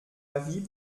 avis